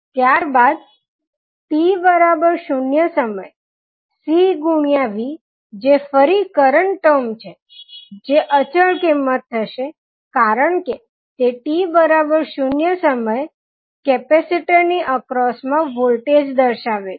ત્યારબાદ t0 સમયે C ગુણ્યા V જે ફરી કરંટ ટર્મ છે જે અચળ કિંમત થશે કારણ કે તે t0 સમયે કેપેસિટર ની અક્રોસ મા વોલ્ટેજ દર્શાવે છે